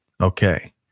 Okay